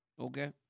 Okay